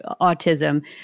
autism